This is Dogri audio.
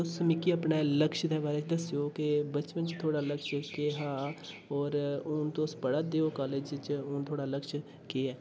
तुस मिगी अपने लक्ष्य दे बारै ई दस्सेओ की बचपन च थुआढ़ा लक्ष्य केह् हा होर हू'न तुस पढ़ा दे ओ कॉलेज च हू'न थुआढ़ा लक्ष्य केह् ऐ